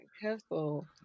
Careful